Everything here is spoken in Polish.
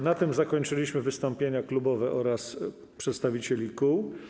Na tym zakończyliśmy wystąpienia klubowe oraz przedstawicieli kół.